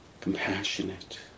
compassionate